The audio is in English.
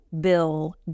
bill